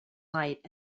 light